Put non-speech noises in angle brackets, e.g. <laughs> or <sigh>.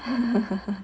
<laughs>